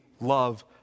love